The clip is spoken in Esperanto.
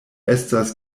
estas